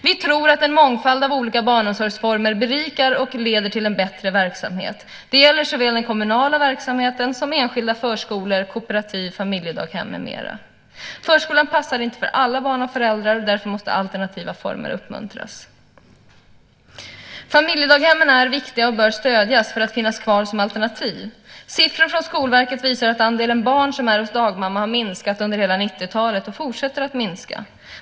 Vi tror att en mångfald av olika barnomsorgsformer berikar och leder till en bättre verksamhet. Det gäller såväl den kommunala verksamheten som enskilda förskolor, kooperativ, familjedaghem med mera. Förskolan passar inte för alla barn och föräldrar. Därför måste alternativa former uppmuntras. Familjedaghemmen är viktiga och bör stödjas för att de ska finnas kvar som alternativ. Siffror från Skolverket visar att andelen barn som är hos dagmamma har minskat under hela 90-talet och fortsätter att minska.